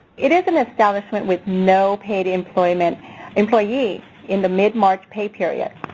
it is an establishment with no paid employment employees in the mid-march pay period